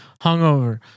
hungover